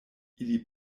ili